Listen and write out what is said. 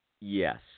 Yes